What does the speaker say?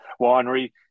winery